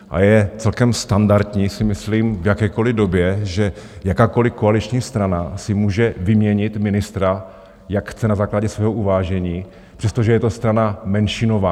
A je celkem standardní, myslím si, v jakékoliv době, že jakákoliv koaliční strana si může vyměnit ministra, jak chce, na základě svého uvážení, přestože je to strana menšinová.